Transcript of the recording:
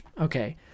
okay